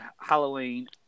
Halloween